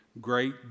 great